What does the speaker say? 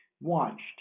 watched